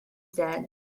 said